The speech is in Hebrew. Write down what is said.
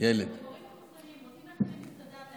הורים מחוסנים רוצים להיכנס למסעדה או